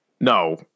No